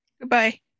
Goodbye